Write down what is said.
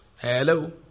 Hello